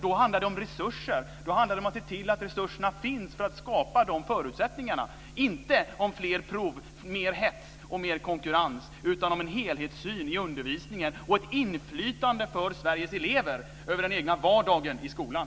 Då handlar det om resurser. Då handlar det om att se till att resurserna finns för att skapa de förutsättningarna. Det handlar inte om fler prov, mer hets och mer konkurrens, utan om en helhetssyn i undervisningen och ett inflytande för Sveriges elever över den egna vardagen i skolan.